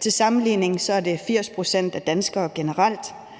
Til sammenligning er det 80 pct. af danskere generelt,